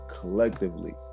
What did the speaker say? collectively